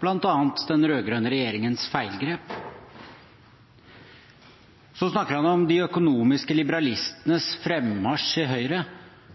bl.a. den rød-grønne regjeringens feilgrep. Så snakker han om de økonomiske liberalistenes frammarsj i Høyre.